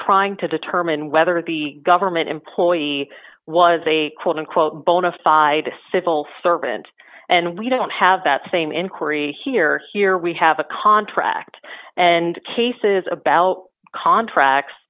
trying to determine whether the government employee was a quote unquote bona fide a civil servant and we don't have that same inquiry here so here we have a contract and cases about contracts